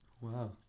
Wow